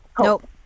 Nope